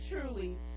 truly